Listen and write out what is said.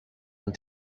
een